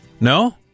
No